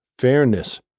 fairness